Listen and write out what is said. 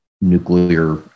nuclear